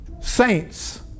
Saints